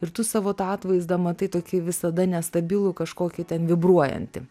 ir tu savo tą atvaizdą matai tokį visada nestabilų kažkokį ten vibruojantį